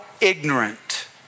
ignorant